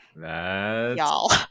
y'all